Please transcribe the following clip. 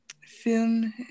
film